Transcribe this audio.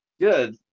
Good